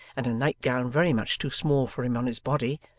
and a night-gown very much too small for him on his body,